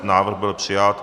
Návrh byl přijat.